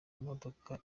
modoka